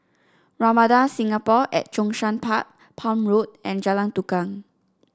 Ramada Singapore at Zhongshan Park Palm Road and Jalan Tukang